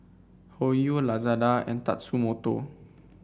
Hoyu Lazada and Tatsumoto